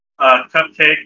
Cupcake